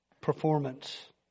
performance